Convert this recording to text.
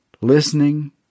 listening